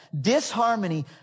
disharmony